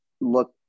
look